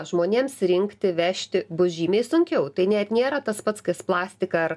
žmonėms rinkti vežti bus žymiai sunkiau tai net nėra tas pats kas plastiką ar